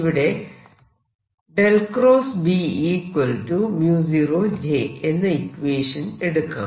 ഇവിടെ എന്ന ഇക്വേഷൻ എടുക്കാം